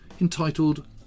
entitled